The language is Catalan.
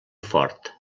fort